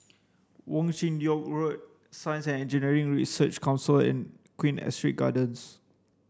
Wong Chin Yoke Road Science and Engineering Research Council and Queen Astrid Gardens